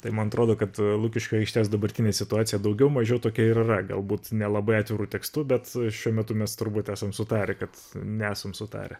tai man atrodo kad lukiškių aikštės dabartinė situacija daugiau mažiau tokia ir yra galbūt nelabai atviru tekstu bet šiuo metu mes turbūt esam sutarę kad nesam sutarę